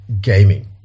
gaming